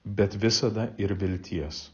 bet visada ir vilties